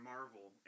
Marvel